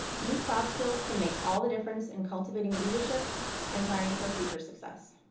these soft skills can make all the difference in cultivating leadership and planning for future success.